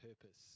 purpose